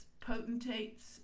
potentates